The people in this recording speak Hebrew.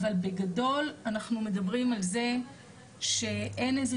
אבל בגדול אנחנו מדברים על זה שאין איזה